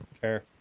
care